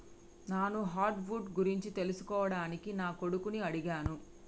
నాను hard wood గురించి తెలుసుకోవడానికి నా కొడుకుని అడిగాను